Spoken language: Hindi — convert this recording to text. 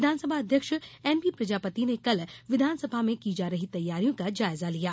विधानसभा अध्यक्ष एन पी प्रजापति ने कल विधानसभा में की जा रही तैयारियों का जायजा लिया